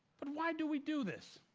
but why do we do this?